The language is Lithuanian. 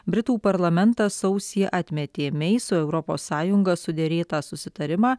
britų parlamentas sausį atmetė mei su europos sąjunga suderėtą susitarimą